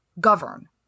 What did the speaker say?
govern